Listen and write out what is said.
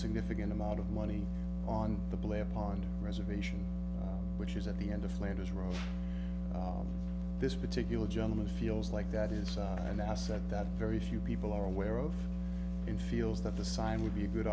significant amount of money on the blip on reservation which is at the end of flanders road this particular gentleman feels like that is an asset that very few people are aware of in feels that the sign would be a good